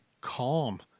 calm